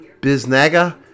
Biznaga